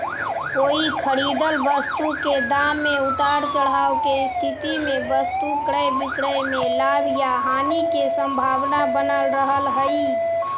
कोई खरीदल वस्तु के दाम में उतार चढ़ाव के स्थिति में वस्तु के क्रय विक्रय में लाभ या हानि के संभावना बनल रहऽ हई